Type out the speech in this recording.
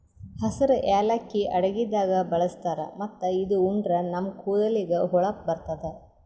ಹಸ್ರ್ ಯಾಲಕ್ಕಿ ಅಡಗಿದಾಗ್ ಬಳಸ್ತಾರ್ ಮತ್ತ್ ಇದು ಉಂಡ್ರ ನಮ್ ಕೂದಲಿಗ್ ಹೊಳಪ್ ಬರ್ತದ್